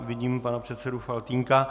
Vidím pana předsedu Faltýnka.